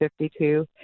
52